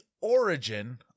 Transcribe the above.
origin